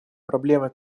проблемы